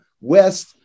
West